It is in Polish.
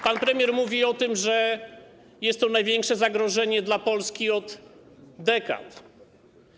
Pan premier mówi o tym, że jest to największe zagrożenie dla Polski od dekad.